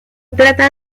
trata